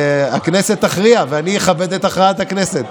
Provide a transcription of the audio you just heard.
הכנסת תכריע ואני אכבד את הכרעת הכנסת,